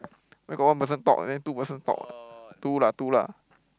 where got one person talk then two person talk two lah two lah